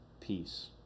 peace